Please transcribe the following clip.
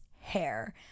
hair